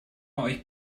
euch